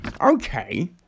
okay